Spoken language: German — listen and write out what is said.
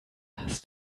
hast